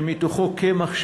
שמתוכו קמח,